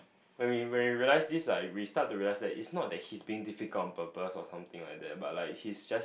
when we when we realise this like we start to realise that it's not that he's being difficult on purpose or something like that but like he's just